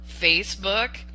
Facebook